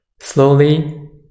Slowly